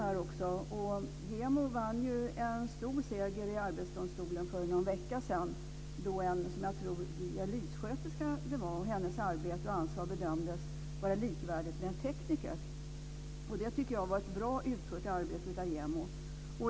JämO vann en stor seger i Arbetsdomstolen för någon vecka sedan, då en dialyssköterskas arbete och ansvar bedömdes vara likvärdigt med en teknikers. Det tycker jag var ett bra utfört arbete av JämO.